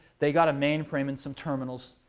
they got a mainframe and some terminals,